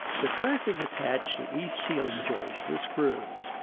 the track is attached to each ceiling joist with screws.